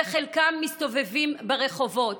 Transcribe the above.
וחלקם מסתובבים ברחובות,